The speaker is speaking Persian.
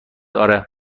آره